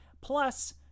plus